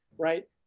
Right